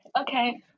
Okay